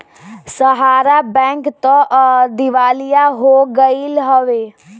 सहारा bank तअ दिवालिया हो गईल हवे